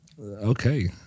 Okay